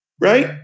right